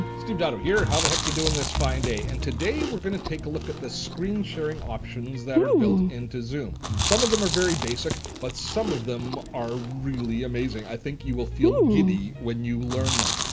steve dotto here, how the heck you doin' this fine day? and today, we're gonna take a look at the screen-sharing options that are built into zoom. some of them are very basic, but some of them are really amazing. i think you will feel giddy when you learn them.